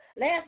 Last